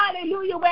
Hallelujah